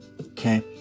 Okay